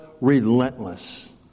relentless